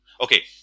okay